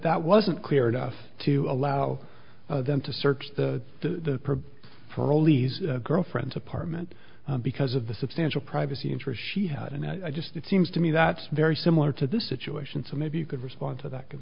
that wasn't clear enough to allow them to search the for a lease girlfriend's apartment because of the substantial privacy interest she had and i just it seems to me that's very similar to this situation so maybe you could respond to that